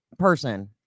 person